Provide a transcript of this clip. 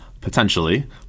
potentially